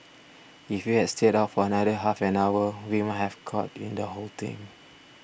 if we had stayed out for another half an hour we might have caught in the whole thing